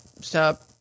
stop